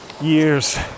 years